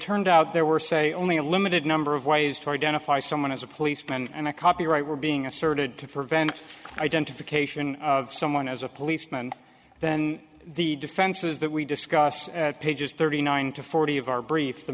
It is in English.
turned out there were say only a limited number of ways to identify someone as a policeman and a copyright were being asserted to prevent identification of someone as a policeman then the defenses that we discuss pages thirty nine to forty of our brief the